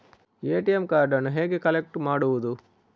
ATM ಕಾರ್ಡನ್ನು ಹೇಗೆ collect ಮಾಡುವುದು?